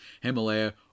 Himalaya